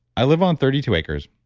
i live on thirty two acres.